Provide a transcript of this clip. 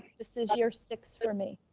this is year six for me,